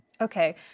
Okay